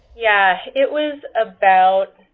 yeah. it was about